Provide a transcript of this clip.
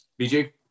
BJ